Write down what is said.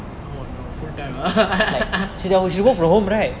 oh no full time